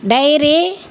dairy